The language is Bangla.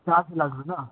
চার্জ লাগবে না